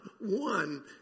one